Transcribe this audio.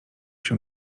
się